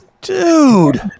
Dude